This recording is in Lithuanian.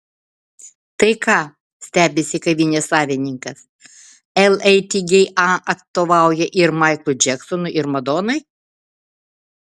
tai ką stebisi kavinės savininkas latga atstovauja ir maiklui džeksonui ar madonai